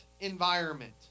environment